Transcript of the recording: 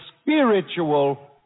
spiritual